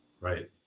Right